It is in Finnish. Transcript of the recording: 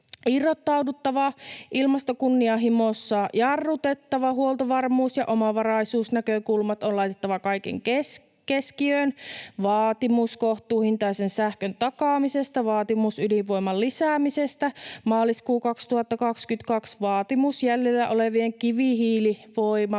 irrottauduttava, ilmastokunnianhimossa jarrutettava, huoltovarmuus- ja omavaraisuusnäkökulmat on laitettava kaiken keskiöön. Vaatimus kohtuuhintaisen sähkön takaamisesta. Vaatimus ydinvoiman lisäämisestä. Maaliskuu 2022: Vaatimus jäljellä olevien kivihiilivoimaloiden